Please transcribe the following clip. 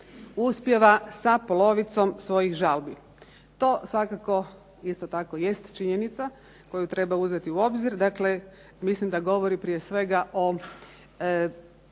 uspijeva sa polovicom svojih žalbi. To svakako isto tako jest činjenica koju treba uzeti u obzir. Dakle mislim da govori prije svega o